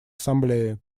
ассамблеи